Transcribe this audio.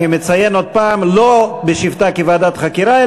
אני מציין עוד הפעם: לא בשבתה כוועדת חקירה,